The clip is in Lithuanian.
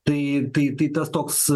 tai tai tai tas toks